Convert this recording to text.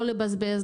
לא לבזבז,